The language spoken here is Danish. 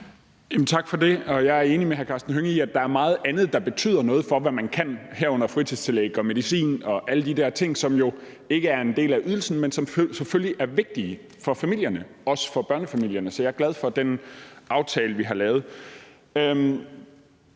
Tak for det. Jeg er enig med hr. Karsten Hønge i, at der er meget andet, der betyder noget for, hvad man kan, herunder fritidstillæg, medicin og alle de der ting, som jo ikke er en del af ydelsen, som men som selvfølgelig er vigtige for familierne og også for børnefamilierne. Så jeg er glad for den aftale, vi har lavet.